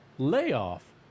layoff